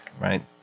right